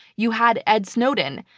you had ed snowden,